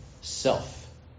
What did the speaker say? self